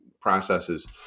processes